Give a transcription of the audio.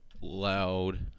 loud